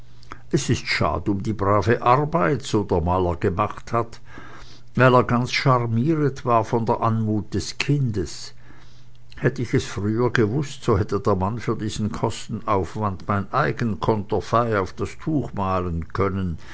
es ist schad um die brave arbeit so der mahler gemacht hat weil er ganz charmiret war von der anmuth des kinds hätt ich es früher gewußt so hätt der mann für diesen kostenaufwand mein eigen conterfey auf das tuch mahlen können